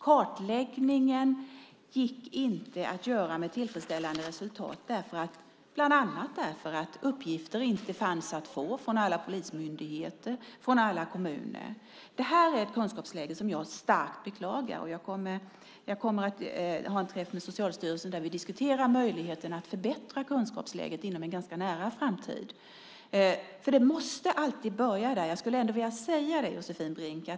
Kartläggningen gick inte att göra med tillfredsställande resultat, bland annat därför att uppgifter inte fanns att få från alla polismyndigheter och från alla kommuner. Det här är ett kunskapsläge som jag starkt beklagar. Jag kommer att ha en träff med Socialstyrelsen där vi diskuterar möjligheten att förbättra kunskapsläget inom en ganska nära framtid. Det måste nämligen alltid börja där. Jag skulle ändå vilja säga det, Josefin Brink.